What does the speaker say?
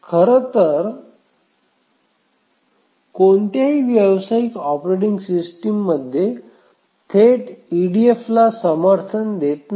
खरं तर कोणतीही व्यावसायिक ऑपरेटिंग सिस्टम थेट ईडीएफला समर्थन देत नाही